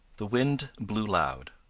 the wind blew loud,